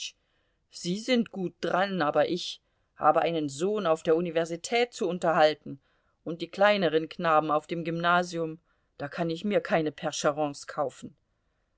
sie sind gut dran aber ich habe einen sohn auf der universität zu unterhalten und die kleineren knaben auf dem gymnasium da kann ich mir keine percherons kaufen